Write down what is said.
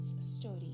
story